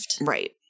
right